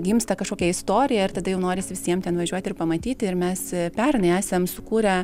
gimsta kažkokia istorija ir tada jau norisi visiem ten važiuoti ir pamatyti ir mes pernai esam sukūrę